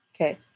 Okay